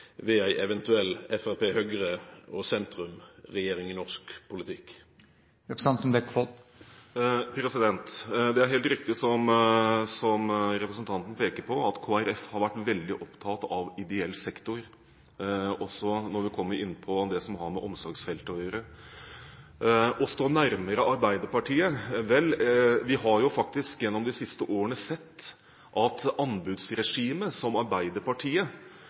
ved ei eventuell Framstegsparti–Høgre–sentrum-regjering i norsk politikk? Det er helt riktig som representanten peker på, at Kristelig Folkeparti har vært veldig opptatt av ideell sektor, også når man kommer inn på det som har med omsorgsfeltet å gjøre. Om vi står nærmere Arbeiderpartiet? Vi har gjennom de siste årene sett at det anbudsregimet som Arbeiderpartiet